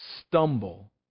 stumble